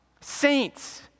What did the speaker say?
saints